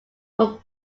from